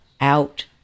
out